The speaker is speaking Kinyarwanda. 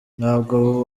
ntabwo